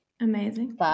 Amazing